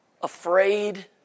afraid